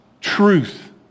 truth